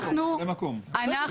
אנחנו